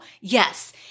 Yes